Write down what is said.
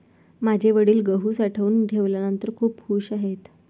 माझे वडील गहू साठवून ठेवल्यानंतर खूप खूश आहेत